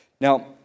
Now